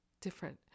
different